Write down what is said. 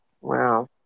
wow